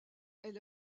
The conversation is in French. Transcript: elle